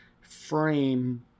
frame